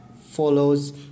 follows